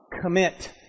Commit